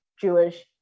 Jewish